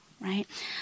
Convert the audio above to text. right